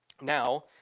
Now